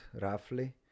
roughly